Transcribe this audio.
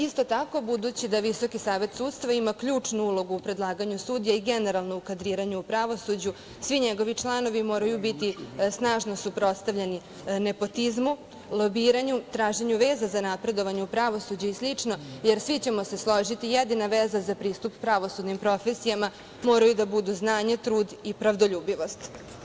Isto tako, budući da Visoki savet sudstva ima ključnu ulogu u predlaganju sudija i generalno u kadriranju u pravosuđu, svi njegovi članovi moraju biti snažno suprotstavljeni nepotizmu, lobiranju, traženju veza za napredovanje u pravosuđu i slično, jer, svi ćemo se složiti, jedina veza za pristup pravosudnim profesijama moraju da budu znanje, trud i pravdoljubivost.